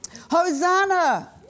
Hosanna